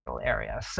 area